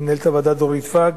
למנהלת הוועדה דורית ואג